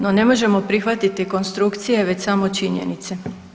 No, ne možemo prihvatiti konstrukcije već samo činjenice.